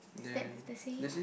is that the same